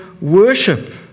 worship